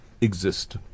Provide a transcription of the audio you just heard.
exist